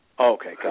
Okay